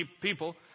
people